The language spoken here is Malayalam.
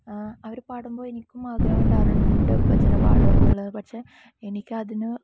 അവർ പാടുമ്പോൾ എനിക്കും ആഗ്രഹമുണ്ട് അവരുണ്ടേ ഭജന പാടുക എന്നുള്ളത് പക്ഷെ എനിക്കതിന്